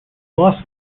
lost